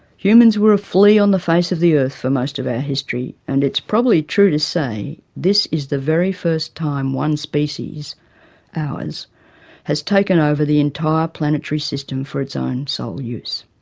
humans were a flea on the face of the earth for most of our history and andit's probably true to say this is the very first time one species ours has taken over the entire planetary system for its own sole use.